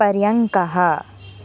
पर्यङ्कः